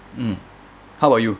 mm how about you